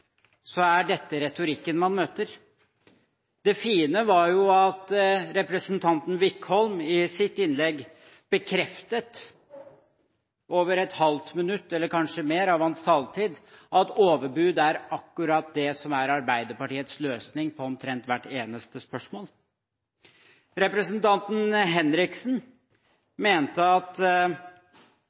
Så blir man kalt en overdommer. Ikke bare det, man blir kalt en dyster overdommer. Dette er Arbeiderpartiets sanne ansikt. Blir de utfordret, er dette retorikken man møter. Det fine var jo at representanten Wickholm i sitt innlegg bekreftet – i over et halvt minutt eller kanskje mer av hans taletid – at overbud er